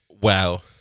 Wow